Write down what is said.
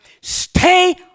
Stay